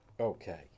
okay